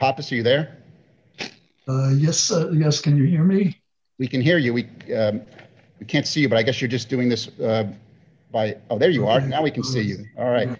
papa see there yes yes can you hear me we can hear you we can't see but i guess you're just doing this by oh there you are now we can see you all right